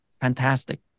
fantastic